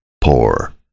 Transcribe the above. poor